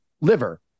liver